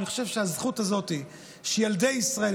אני חושב שהזכות הזאת שילדי ישראל,